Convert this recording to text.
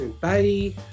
Bye